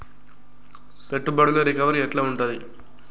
పెట్టుబడుల రికవరీ ఎట్ల ఉంటది?